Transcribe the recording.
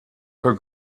her